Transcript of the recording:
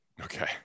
Okay